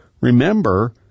Remember